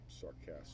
sarcastic